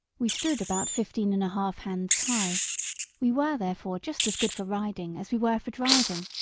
we stood about fifteen and a half hands high we were therefore just as good for riding as we were for driving,